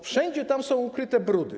Wszędzie tam są ukryte brudy.